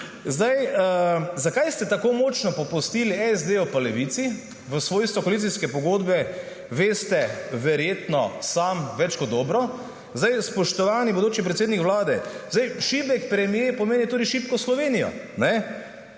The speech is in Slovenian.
Zakaj ste tako močno popustili SD in Levici v svojstvu koalicijske pogodbe, veste verjetno sami več kot dobro. Spoštovani bodoči predsednik Vlade, šibek premier pomeni tudi šibko Slovenijo.